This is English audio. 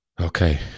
Okay